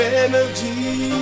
energy